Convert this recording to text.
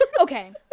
Okay